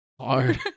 Hard